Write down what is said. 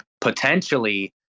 potentially